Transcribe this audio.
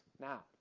Now